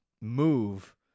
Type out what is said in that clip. move